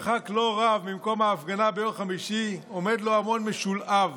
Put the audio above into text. במרחק לא רב ממקום ההפגנה ביום חמישי עומד לו המון משולהב